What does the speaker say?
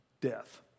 death